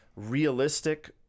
realistic